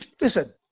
listen